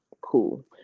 cool